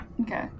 Okay